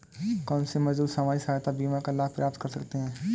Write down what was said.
कौनसे मजदूर सामाजिक सहायता बीमा का लाभ प्राप्त कर सकते हैं?